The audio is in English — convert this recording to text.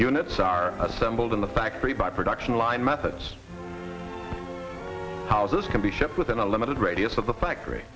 units are assembled in the factory by production line methods how this can be shipped within a limited radius of the factory